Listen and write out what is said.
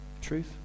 Truth